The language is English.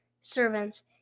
servants